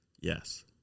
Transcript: Yes